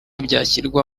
byashyirwa